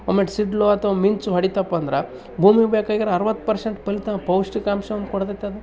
ಒಮ್ಮೆ ಸಿಡಿಲೋ ಅಥ್ವ ಮಿಂಚು ಹೊಡಿತಪ್ಪಾ ಅಂದ್ರೆ ಭೂಮಿಗ್ ಬೇಕಾಗಿರೋ ಅರವತ್ತು ಪರ್ಶೆಂಟ್ ಫಲಿತಾಮ್ ಪೌಷ್ಠಿಕಾಂಶವನ್ ಕೊಡ್ತೈತೆ ಅದು